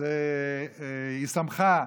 אז היא שמחה.